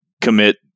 commit